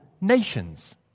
nations